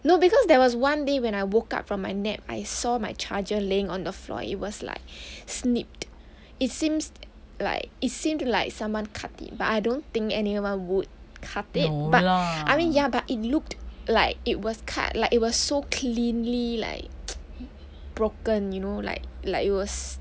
no because there was one day when I woke up from my nap I saw my charger laying on the floor it was like snipped it seems like it seemed like someone cut it but I don't think anyone would cut it but I mean ya but it looked like it was cut like it was so cleanly like broken you know like like it was